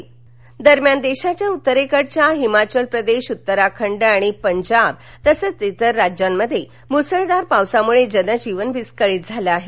पाऊस देश देशाच्या उत्तरेकडच्या हिमाचल प्रदेश उत्तराखंड आणि पंजाब आणि इतर राज्यांमध्ये मुसळधार पावसामुळे जनजीवन विस्कळीत झालं आहे